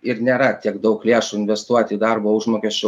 ir nėra tiek daug lėšų investuot į darbo užmokesčio